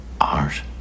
art